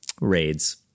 Raids